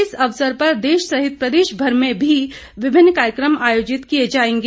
इस अवसर देश सहित प्रदेश भर में भी विभिन्न कार्यक्रम आयोजित किए जाएंगे